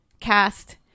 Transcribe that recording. cast